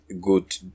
good